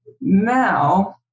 Now